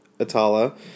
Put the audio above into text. Atala